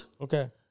Okay